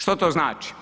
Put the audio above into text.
Što to znači?